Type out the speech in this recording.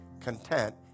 content